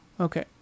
Okay